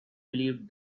believed